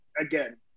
again